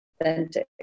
authentic